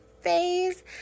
face